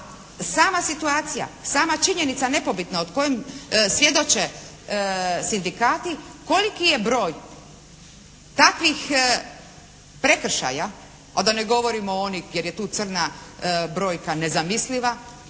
sama situacija, sama činjenica nepobitna od koje svjedoče sindikati koliki je broj takvih prekršaja, a da ne govorimo onih, jer je tu crna brojka nezamisliva,